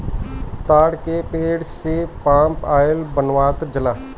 ताड़ के पेड़ से पाम आयल बनावल जाला